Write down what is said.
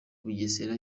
bugesera